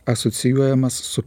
asocijuojamas su